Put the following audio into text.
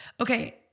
Okay